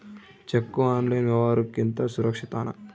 Cheque online ವ್ಯವಹಾರುಕ್ಕಿಂತ ಸುರಕ್ಷಿತನಾ?